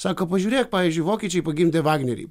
sako pažiūrėk pavyzdžiui vokiečiai pagimdė vagnerį